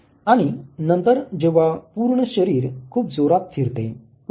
आणि नंतर जेव्हा पूर्ण शरीर खूप जोरात फिरते बरोबर